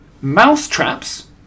mousetraps